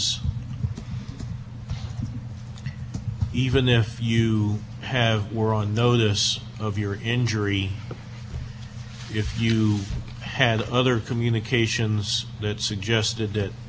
even if you have were on notice of your injury if you had other communications that suggested that perhaps